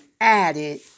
added